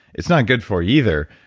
it's not good for either.